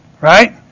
Right